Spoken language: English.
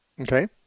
Okay